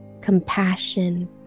compassion